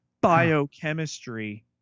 biochemistry